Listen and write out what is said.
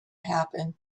happen